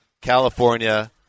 California